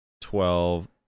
twelve